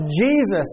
Jesus